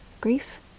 Grief